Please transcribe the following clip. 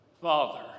Father